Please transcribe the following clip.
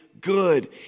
good